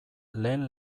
lehen